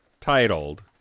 titled